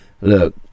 Look